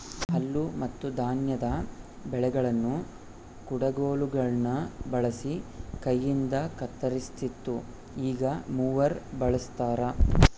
ಹುಲ್ಲುಮತ್ತುಧಾನ್ಯದ ಬೆಳೆಗಳನ್ನು ಕುಡಗೋಲುಗುಳ್ನ ಬಳಸಿ ಕೈಯಿಂದಕತ್ತರಿಸ್ತಿತ್ತು ಈಗ ಮೂವರ್ ಬಳಸ್ತಾರ